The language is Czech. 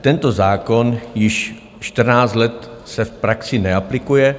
Tento zákon se již čtrnáct let v praxi neaplikuje.